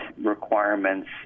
requirements